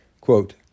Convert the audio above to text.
Quote